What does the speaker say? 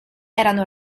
erano